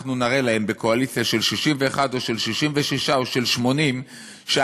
אנחנו נראה להם בקואליציה של 61 או של 66 או של 80 שאנחנו,